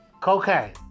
Cocaine